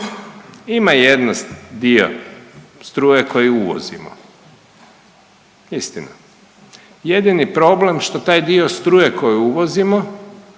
Ima jedan dio struje koju uvozimo, istina. Jedini problem što taj dio struje koju uvozimo